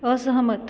असहमत